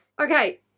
Okay